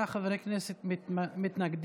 חברי כנסת מתנגדים.